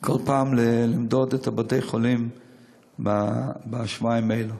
כל פעם למדוד את בתי-החולים בשבועיים האלו.